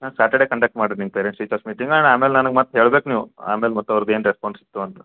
ಹಾಂ Saturday conduct ಮಾಡಿರಿ ನಿಮ್ಮ ಪೇರೆಂಟ್ಸ್ ಟೀಚರ್ಸ್ ಮೀಟಿಂಗ್ ನಾನು ಆಮೇಲೆ ನನಗೆ ಮತ್ತೆ ಹೇಳ್ಬೇಕು ನೀವು ಆಮೇಲೆ ಮತ್ತೆ ಅವ್ರದ್ದು ಏನು ರೆಸ್ಪಾನ್ಸ್ ಇತ್ತು ಅಂತ